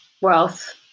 wealth